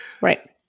Right